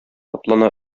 атлана